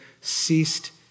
ceased